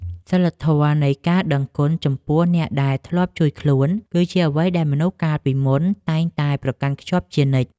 សីលធម៌នៃការដឹងគុណចំពោះអ្នកដែលធ្លាប់ជួយខ្លួន គឺជាអ្វីដែលមនុស្សកាលពីមុនតែងតែប្រកាន់ខ្ជាប់ជានិច្ច។